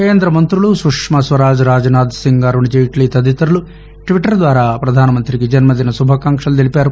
కేంద మంతులు సుష్మా స్వరాజ్ రాజ్నాథ్సింగ్ అరుణ్జైట్లీ తదితరులు ట్విట్టర్ ద్వారా పధానమంతికి జన్నదిన శుభాకాంక్షలు తెలిపారు